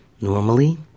normally